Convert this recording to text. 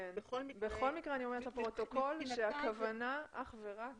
בכל מקרה אני אומרת לפרוטוקול שהכוונה אך ורק